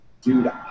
dude